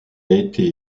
été